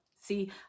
See